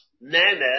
nana